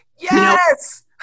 yes